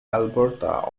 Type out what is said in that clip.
alberta